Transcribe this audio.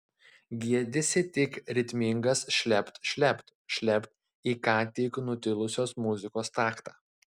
girdisi tik ritmingas šlept šlept šlept į ką tik nutilusios muzikos taktą